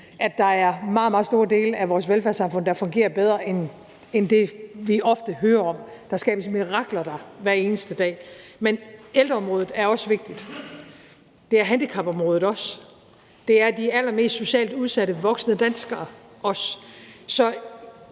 meget, meget store dele af vores velfærdssamfund, der fungerer bedre end det, vi ofte hører om. Der skabes mirakler der hver eneste dag, men ældreområdet er også vigtigt, det er handicapområdet også, og det er de allermest socialt udsatte voksne danskere også.